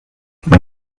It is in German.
man